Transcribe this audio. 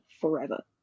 Forever